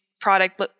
product